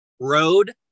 Road